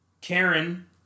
Karen